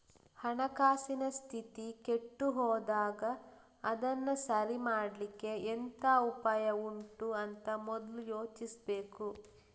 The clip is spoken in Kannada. ಹಣಕಾಸಿನ ಸ್ಥಿತಿ ಕೆಟ್ಟು ಹೋದಾಗ ಅದನ್ನ ಸರಿ ಮಾಡ್ಲಿಕ್ಕೆ ಎಂತ ಉಪಾಯ ಉಂಟು ಅಂತ ಮೊದ್ಲು ಯೋಚಿಸ್ಬೇಕು